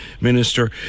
Minister